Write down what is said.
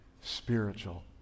spiritual